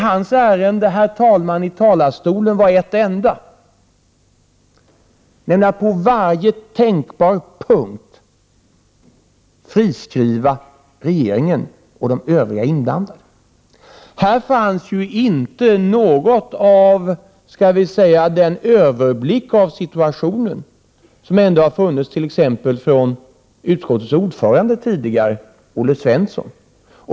Hans ärende i talarstolen var ett enda, nämligen att på varje tänkbar punkt friskriva regeringen och de övriga inblandade. Här fanns inte något av, skall vi säga, den överblick över situationen som tidigare ändå har funnits t.ex. från utskottets ordförande, Olle Svensson.